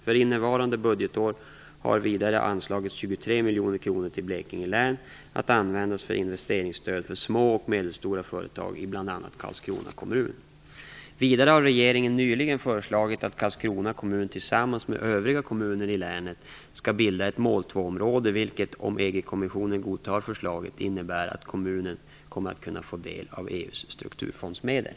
För innevarande budgetår har vidare anslagits 23 Vidare har regeringen nyligen föreslagit att Karlskrona kommun tillsammans med övriga kommuner i länet skall bilda ett mål 2-område, vilket, om EG kommissionen godtar förslaget, innebär att kommunen kommer att kunna få del av EU:s strukturfondsmedel.